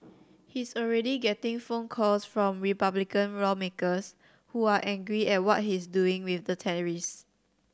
he's already getting phone calls from Republican lawmakers who are angry at what he's doing with the tariffs